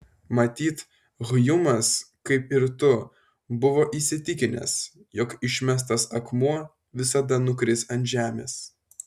matyt hjumas kaip ir tu buvo įsitikinęs jog išmestas akmuo visada nukris ant žemės